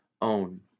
own